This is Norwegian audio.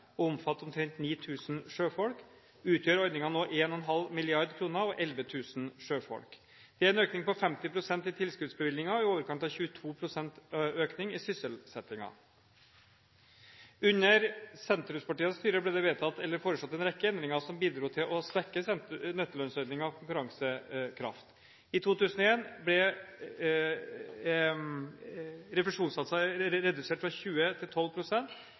og omfatte omtrent 9 000 sjøfolk utgjør ordningen nå 1,5 mrd. kr og 11 000 sjøfolk. Det er en økning på 50 pst. i tilskuddsbevilgninger og i overkant av 22 pst. økning i sysselsettingen. Under sentrumspartienes styre ble det foreslått en rekke endringer som bidro til å svekke nettolønnsordningens konkurransekraft. I 2001 ble refusjonssatsen redusert fra 20 til